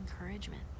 encouragement